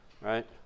right